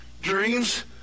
Dreams